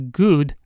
good